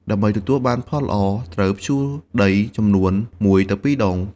ដើម្បីទទួលបានលទ្ធផលល្អ ត្រូវភ្ជួរដីចំនួន ១ទៅ២ ដង។